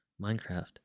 minecraft